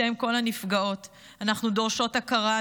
ובשם כל הנפגעות אנחנו דורשות הכרה,